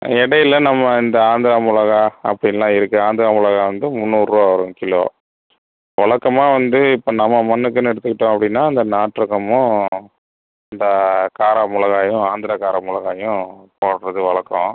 இடையில நம்ம இந்த ஆந்திரா மிளகா அப்படிலாம் இருக்கு ஆந்திரா மிளகா வந்து முந்நூறுரூவா வரும் கிலோ வழக்கமாக வந்து இப்போ நம்ம மண்ணுக்குன்னு எடுத்துக்கிட்டோம் அப்படினா அந்த நாட்டு ரகமும் இந்த கார மிளகாயும் ஆந்திரா கார மிளகாயும் போடுறது வழக்கம்